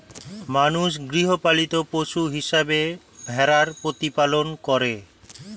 মানুষ গৃহপালিত পশু হিসেবে ভেড়ার প্রতিপালন করে